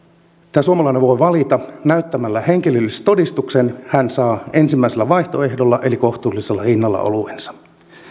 tämä suomalainen voi valita ja näyttämällä henkilöllisyystodistuksen hän saa oluensa ensimmäisellä vaihtoehdolla eli kohtuullisella hinnalla